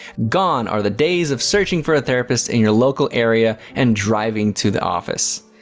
gone are the days of searching for a therapist in your local area and driving to the office.